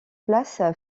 place